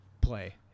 play